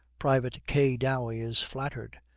private k. dowey is flattered,